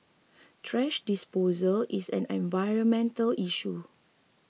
thrash disposal is an environmental issue